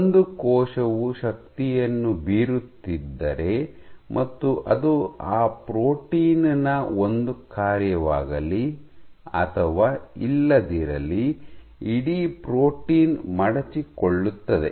ಒಂದು ಕೋಶವು ಶಕ್ತಿಯನ್ನು ಬೀರುತ್ತಿದ್ದರೆ ಮತ್ತು ಅದು ಆ ಪ್ರೋಟೀನ್ ನ ಒಂದು ಕಾರ್ಯವಾಗಲಿ ಅಥವಾ ಇಲ್ಲದಿರಲಿ ಇಡೀ ಪ್ರೋಟೀನ್ ಮಡಚಿಕೊಳ್ಳುತ್ತದೆ